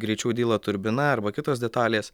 greičiau dyla turbina arba kitos detalės